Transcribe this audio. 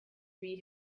read